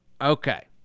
Okay